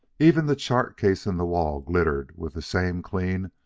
even the chart case in the wall glittered with the same clean,